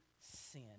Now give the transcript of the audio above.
sin